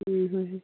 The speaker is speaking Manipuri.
ꯎꯝ ꯍꯨꯝ ꯍꯨꯝ